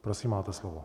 Prosím, máte slovo.